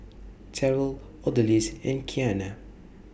Terell Odalis and Kianna